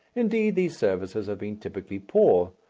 indeed, these services have been typically poor.